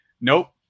Nope